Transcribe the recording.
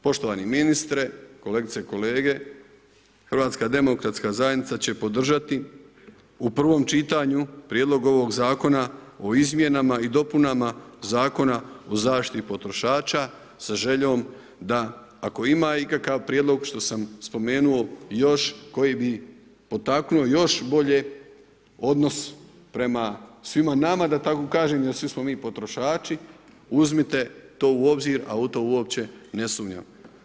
Poštovani ministre, kolegice i kolege, HDZ će podržati u prvom čitanju prijedlog ovog Zakona o izmjenama i dopunama Zakona o zaštiti potrošača sa željom da ako ima ikakav prijedlog, što sam spomenuo još, koji bi potaknuo još bolje odnos prema svima nama, da tako kažem, jer svi smo mi potrošači, uzmite to u obzir, a u to uopće ne sumnjam.